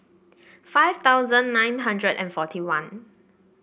five thousand nine hundred and forty one